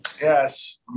Yes